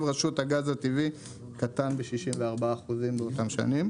רשות הגז הטבעי קטן ב-64% באותן שנים.